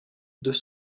deux